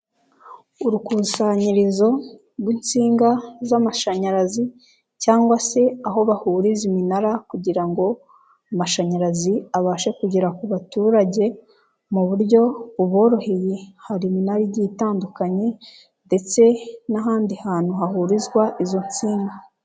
Urukusanyirizo rw'insinga z'amashanyarazi cyangwa se aho bahuriza iminara kugira ngo amashanyarazi abashe kugera ku baturage mu buryo buboroheye, hari iminara igiye itandukanye ndetse n'ahandi hantu hahurizwa izo nsinga.